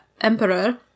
Emperor